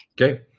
Okay